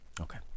Okay